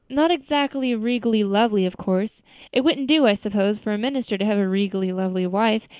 not exactly regally lovely, of course it wouldn't do, i suppose, for a minister to have a regally lovely wife,